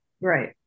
right